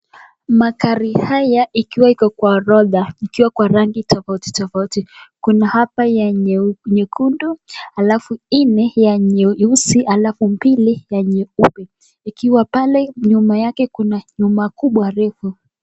Magari haya ikiwa kwenye orodha ikiwa na rangi tofauti tofauti. Kuna nyekundu, halafu nne nyeusi, halafu mbili nyeupe ikiwa pale nyuma yake kuna nyumba kubwa refu.